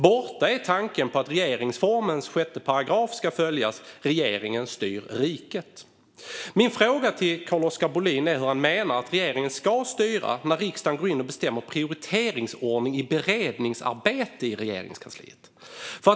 Borta är tanken på att 1 kap. 6 § i regeringsformen ska följas: Regeringen styr riket. Min fråga till Carl-Oskar Bohlin är hur han menar att regeringen ska styra när riksdagen går in och bestämmer prioriteringsordning i beredningsarbete i Regeringskansliet.